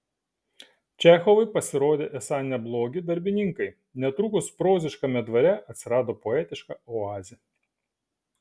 čechovai pasirodė esą neblogi darbininkai netrukus proziškame dvare atsirado poetiška oazė